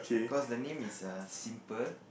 cause the name is err simple